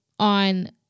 On